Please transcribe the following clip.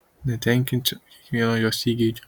netenkinsiu kiekvieno jos įgeidžio